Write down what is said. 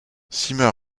sima